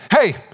Hey